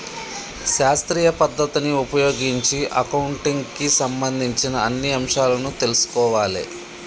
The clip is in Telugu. శాస్త్రీయ పద్ధతిని ఉపయోగించి అకౌంటింగ్ కి సంబంధించిన అన్ని అంశాలను తెల్సుకోవాలే